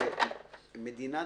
שמדינת